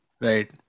Right